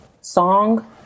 Song